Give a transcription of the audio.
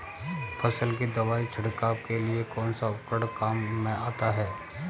फसल में दवाई छिड़काव के लिए कौनसा उपकरण काम में आता है?